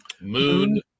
Moon